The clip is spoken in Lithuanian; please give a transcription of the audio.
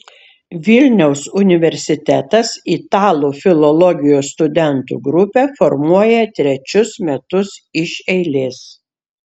vilniaus universitetas italų filologijos studentų grupę formuoja trečius metus iš eilės